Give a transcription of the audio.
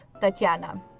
Tatiana